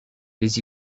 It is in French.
les